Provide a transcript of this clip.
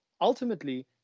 ultimately